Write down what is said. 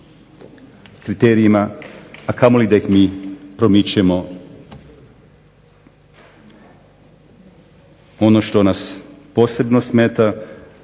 kriterijima, a kamoli da ih mi promičemo. Ono što nas posebno smeta,